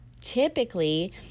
typically